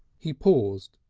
he paused,